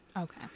Okay